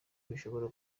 bishobora